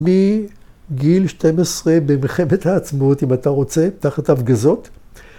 ‫מגיל 12 במלחמת העצמאות, ‫אם אתה רוצה, תחת ההפגזות.